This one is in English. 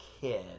kid